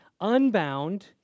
unbound